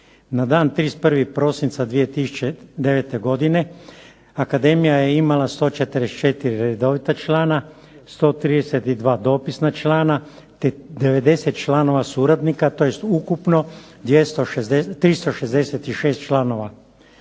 Na dan 31. prosinca 2009. godine akademija je imala 144 redovita člana, 132 dopisna člana te 90 članova suradnika tj. ukupno 366 članova.